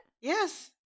Yes